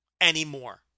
anymore